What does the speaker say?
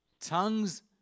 tongues